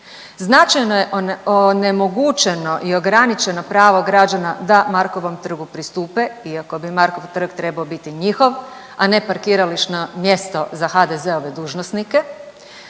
Značajno je onemogućeno i ograničeno pravo građana da Markovom trgu pristupe iako bi Markov trg trebao biti njihov, a ne parkirališno mjesto za HDZ-ove dužnosnike.